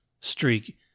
streak